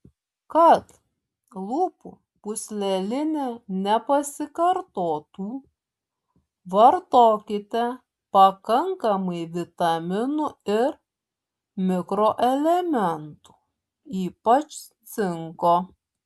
kad lūpų pūslelinė nepasikartotų vartokite pakankamai vitaminų ir mikroelementų ypač cinko